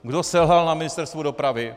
Kdo selhal na Ministerstvu dopravy?